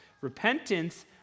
Repentance